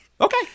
okay